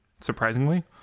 surprisingly